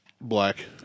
black